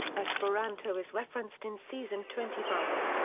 esperanto is referenced in season twenty five,